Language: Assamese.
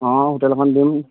অঁ হোটেল এখন দিম